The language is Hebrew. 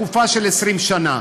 לתקופה של 20 שנה.